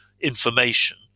information